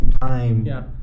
time